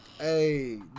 Hey